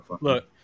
look